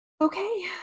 Okay